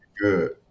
Good